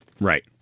Right